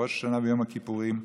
בראש השנה ויום הכיפורים,